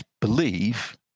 believe